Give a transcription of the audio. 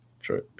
Sure